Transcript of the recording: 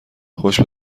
خوش